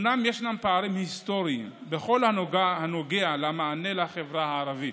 אומנם ישנם פערים היסטוריים בכל הנוגע למענה לחברה הערבית,